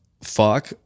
fuck